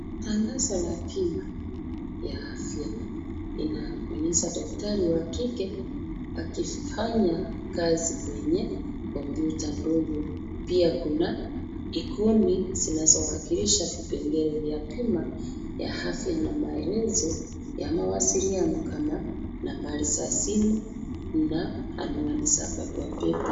Tangazo la bima ya afya inaonyesha daktari wa kike, akifanya kazi kwenye kompyuta ndogo. Pia kuna ikoni , zinazowakilisha vipengele vya bima ya afya na maelezo ya mawasiliano kama nambari za simu na anwani za barua pepe.